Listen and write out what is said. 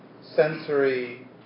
sensory